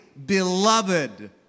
beloved